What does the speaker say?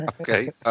Okay